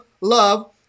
Love